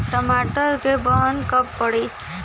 टमाटर क बहन कब पड़ी?